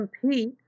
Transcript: compete